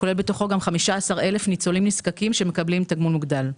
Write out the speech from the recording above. הוא כולל בתוכו גם 15,000 ניצולים נזקקים שמקבלים תגמול מוגדל.